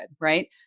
Right